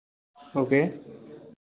okay